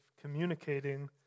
communicating